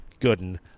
Gooden